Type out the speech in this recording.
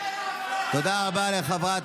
אצלנו אין אפליה, תודה רבה לחברת